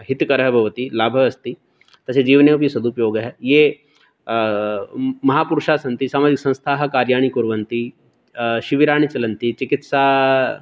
हितकरः भवति लाभः अस्ति तस्य जीवने अपि सदुपयोगः ये म महापुरुषाः सन्ति सामूहिकसंस्थाः कार्याणि कुर्वन्ति शिबिराणि चलन्ति चिकित्सा